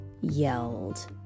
yelled